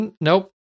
nope